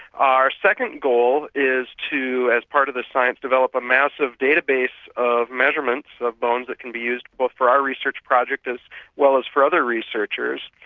our second goal is to, as part of the science, develop a massive database of measurements of bones that can be used for our research project as well as for other researchers.